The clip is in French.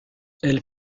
elles